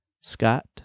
Scott